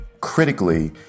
Critically